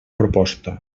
proposta